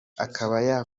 akaba